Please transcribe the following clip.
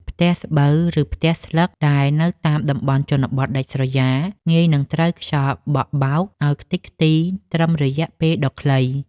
ផ្ទះស្បូវ ឬផ្ទះស្លឹកដែលនៅតាមតំបន់ជនបទដាច់ស្រយាលងាយនឹងត្រូវខ្យល់បក់បោកឱ្យខ្ទេចខ្ទីត្រឹមរយៈពេលដ៏ខ្លី។